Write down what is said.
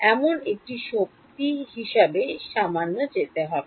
এমন একটি সামান্য শক্তি হিসাবে যেতে হবে